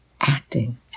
acting